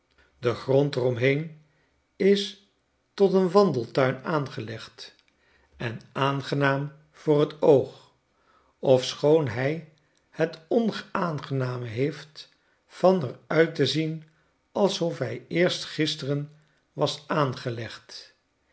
de grond er omheen is tot een wandeltuin aangelegd en aangenaam voor t oog ofschoon hij het onaangename heeft van er uit te zien alsof hij eerst gisteren was aangelegd